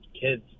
kids